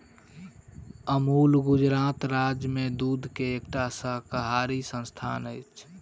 अमूल गुजरात राज्य में दूध के एकटा सहकारी संस्थान अछि